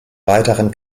weiteren